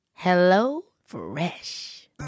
HelloFresh